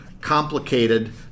complicated